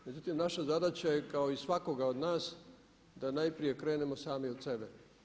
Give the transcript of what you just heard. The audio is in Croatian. Međutim, naša zadaća je kao i svakoga od nas da najprije krenemo sami od sebe.